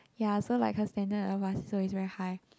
ya so like her standard of us so is very high